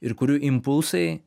ir kurių impulsai